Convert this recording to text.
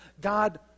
God